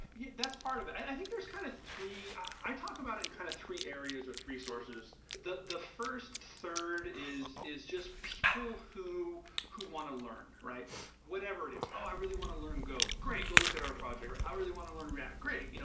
yeah that's part of it. i think there's kind of three i talk about it in kind of three areas with three sources. the the first third is is just people who who want to learn, whatever it is, oh, i really want to learn go. great! go look at our project. like i really want to learn react. great. you know